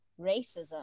racism